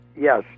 Yes